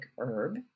herb